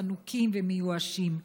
חנוקים ומיואשים.